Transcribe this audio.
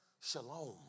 Shalom